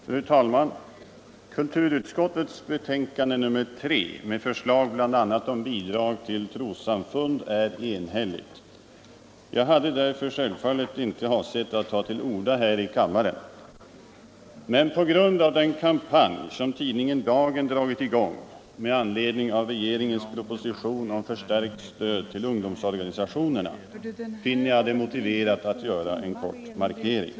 Fru talman! Kulturutskottets betänkande nr 3 med förslag bl.a. om bidrag till trossamfund är enhälligt. Jag hade därför självfallet inte avsett att ta till orda här i kammaren. Men på grund av den kampanj som tidningen Dagen dragit i gång med anledning av regeringens proposition om förstärkt stöd till ungdomsorganisationerna finner jag det motiverat 115 att göra en markering.